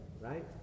Right